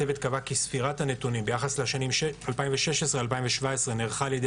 הצוות קבע כי ספירת הנתונים ביחס לשנים 2017-2016 נערכה על ידי